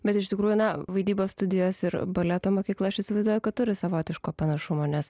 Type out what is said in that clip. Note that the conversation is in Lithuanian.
bet iš tikrųjų na vaidybos studijos ir baleto mokykla aš įsivaizduoju kad turi savotiško panašumo nes